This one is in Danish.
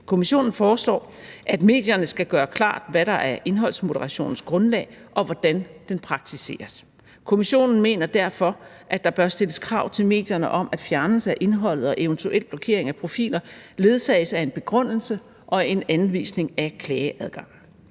Kommissionen foreslår, at medierne skal gøre klart, hvad der er indholdsmoderationens grundlag, og hvordan den praktiseres. Kommissionen mener derfor, at der bør stilles krav til medierne om, at fjernelse af indholdet og eventuel blokering af profiler ledsages af en begrundelse og en anvisning af klageadgang.